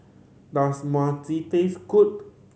does Mochi taste good